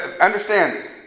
Understand